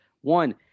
One